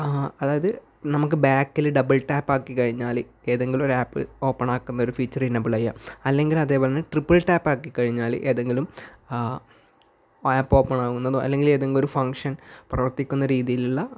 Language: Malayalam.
അതായത് നമുക്ക് ബാക്കിൽ ഡബിൾ ടാപ്പ് ആക്കി കഴിഞ്ഞാൽ ഏതെങ്കിലും ഒരു ആപ്പ് ഓപ്പൺ ആക്കുന്ന ഫീച്ചർ എനേബിൾ ചെയ്യാ അല്ലെങ്കിൽ അതേപോലെ തന്നെ ട്രിപ്പിൾ ടാപ്പ് ആക്കി കഴിഞ്ഞാൽ ഏതെങ്കിലും ആപ്പ് ഓപ്പൺ ആകുന്നതോ അല്ലെങ്കിൽ ഏതെങ്കിലും ഒരു ഫംഗ്ഷൻ പ്രവർത്തിക്കുന്ന രീതിയിലുള്ള